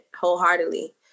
wholeheartedly